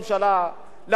לקואליציה שלו,